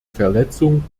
verletzung